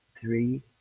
three